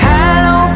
Hello